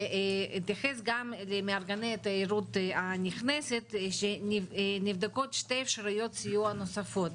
ואתייחס גם למארגני התיירות הנכנסת שנבדקות שתי אפשרויות סיוע נוספות.